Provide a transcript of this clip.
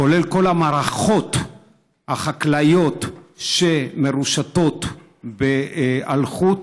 כולל כל המערכות החקלאיות שמרושתות באלחוט,